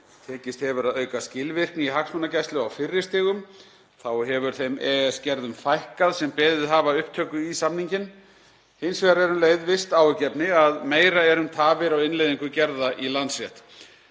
Tekist hefur að auka skilvirkni í hagsmunagæslu á fyrri stigum. Þá hefur þeim EES-gerðum fækkað sem beðið hafa upptöku í samninginn. Hins vegar er visst áhyggjuefni að meira er um tafir á innleiðingu gerða í landsrétt.